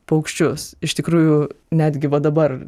paukščius iš tikrųjų netgi va dabar